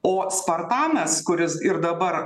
o spartanas kuris ir dabar